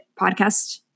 podcast